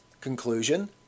Conclusion